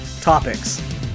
topics